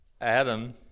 Adam